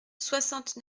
soixante